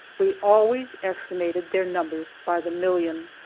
we always estimated their numbers by the million.